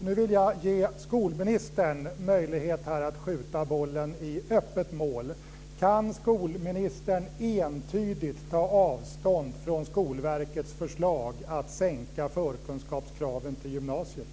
Nu vill jag ge skolministern möjlighet att skjuta bollen i öppet mål: Kan skolministern entydigt ta avstånd från Skolverkets förslag att sänka förkunskapskraven till gymnasiet?